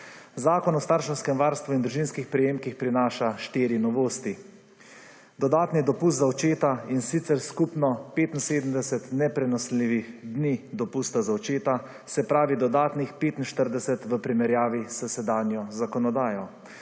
Zakon o starševskem varstvu in družinskih prejemkih prinaša štiri novosti. Dodatni dopust za očeta, in sicer skupno 75 neprenosljivih dni dopusta za očeta, se pravi dodatnih 45 v primerjavi s sedanjo 16.